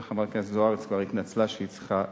וחברת הכנסת זוארץ כבר התנצלה שהיא צריכה לצאת.